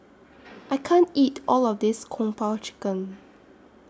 I can't eat All of This Kung Po Chicken